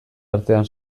artean